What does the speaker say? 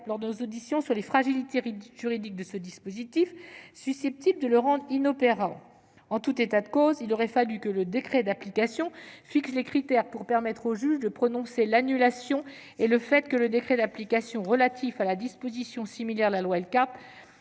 très clair quant aux fragilités juridiques de ce dispositif, susceptibles de le rendre inopérant. En tout état de cause, il aurait fallu qu'un décret d'application fixe les critères pour permettre au juge de prononcer l'annulation. Or le fait que le décret d'application relatif à la disposition similaire qui figure